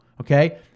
Okay